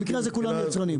במקרה הזה כולם יצרנים.